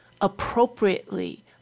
appropriately